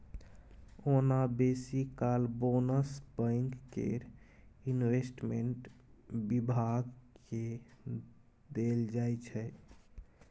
ओना बेसी काल बोनस बैंक केर इंवेस्टमेंट बिभाग केँ देल जाइ छै